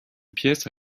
pièce